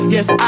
Yes